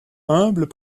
humbles